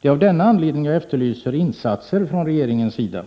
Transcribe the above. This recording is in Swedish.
Det är av denna anledning som jag efterlyser insatser från regeringens sida